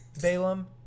Balaam